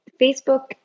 Facebook